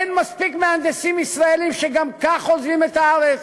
אין מספיק מהנדסים ישראלים שגם כך עוזבים את הארץ,